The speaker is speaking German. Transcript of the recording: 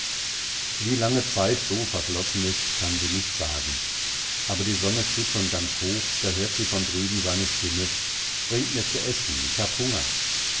wie lange zeit so verflossen ist kann sie nicht sagen aber die sonne steht schon ganz hoch da hört sie von drüben seine stimme bring mir zu essen ich hab hunger